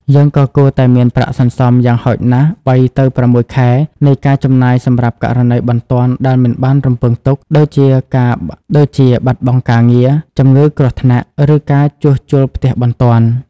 យើងក៏គួរតែមានប្រាក់សន្សំយ៉ាងហោចណាស់ ៣ ទៅ ៦ ខែនៃការចំណាយសម្រាប់ករណីបន្ទាន់ដែលមិនបានរំពឹងទុក ដូចជាបាត់បង់ការងារ ជំងឺគ្រោះថ្នាក់ ឬការជួសជុលផ្ទះបន្ទាន់។